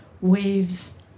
waves